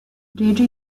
jeju